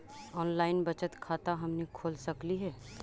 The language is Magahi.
ऑनलाइन बचत खाता हमनी खोल सकली हे?